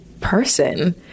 person